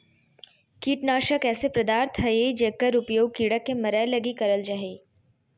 कीटनाशक ऐसे पदार्थ हइंय जेकर उपयोग कीड़ा के मरैय लगी करल जा हइ